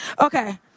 Okay